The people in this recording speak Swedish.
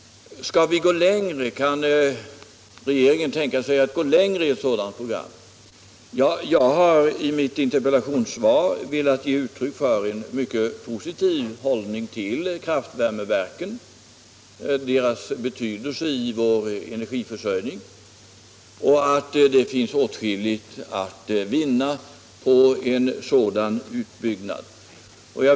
Kan då regeringen tänka sig att gå längre i ett sådant program? Ja, jag har i mitt interpellationssvar velat ge uttryck för en mycket positiv hållning till kraftvärmeverken och till deras betydelse i vår energiförsörjning; jag anser att det finns åtskilligt att vinna på en sådan utbyggnad.